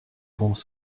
bons